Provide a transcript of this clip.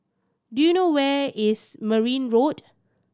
do you know where is Merryn Road